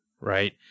right